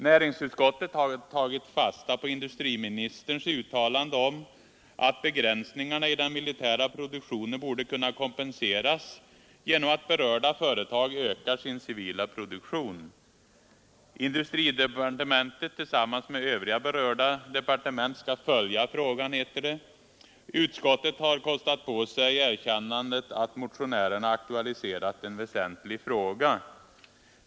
Näringsutskottet har tagit fasta på industriministerns uttalande om att begränsningarna i den militära produktionen borde kunna kompenseras genom att berörda företag ökar sin civila produktion. Industridepartementet tillsammans med övriga berörda departement skall följa frågan, heter det. Utskottet har kostat på sig erkännandet att motionärerna aktualiserat en väsentlig fråga.